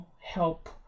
help